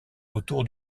autour